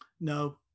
No